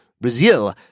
Brazil